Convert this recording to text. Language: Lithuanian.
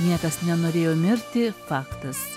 niekas nenorėjo mirti faktas